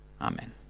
amen